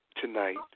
tonight